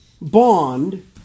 bond